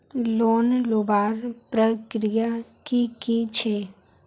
Loan लुबार प्रक्रिया की की छे?